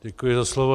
Děkuji za slovo.